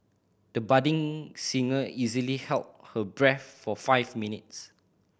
the budding singer easily held her breath for five minutes